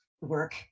work